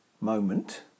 moment